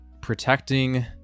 protecting